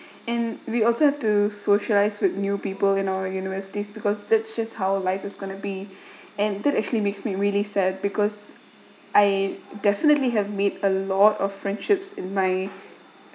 and we also have to socialize with new people in our universities because that's just how life is going to be and it actually makes me really sad because I definitely have made a lot of friendships in my